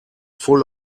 full